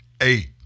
eight